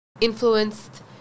Influenced